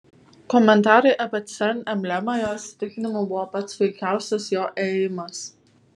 komentarai apie cern emblemą jo įsitikinimu buvo pats puikiausias jo ėjimas